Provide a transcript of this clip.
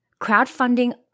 Crowdfunding